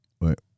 Right